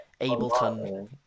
Ableton